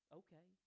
okay